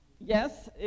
Yes